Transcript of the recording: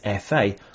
FA